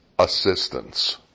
assistance